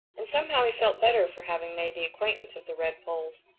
and somehow he felt better for having made the acquaintance of the redpolls.